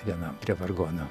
vienam prie vargonų